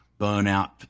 burnout